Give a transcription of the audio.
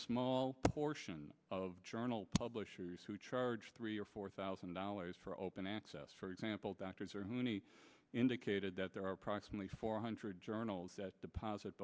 small portion of journal publishers who charge three or four thousand dollars for open access for example doctors or who need indicated that there are approximately four hundred journals that deposit